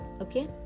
Okay